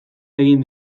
egin